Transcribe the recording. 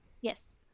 Yes